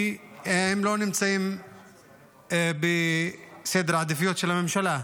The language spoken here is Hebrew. כי הם לא נמצאים בסדר העדיפויות של הממשלה.